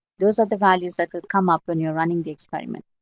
those are the values that could come up when you're running the experiment.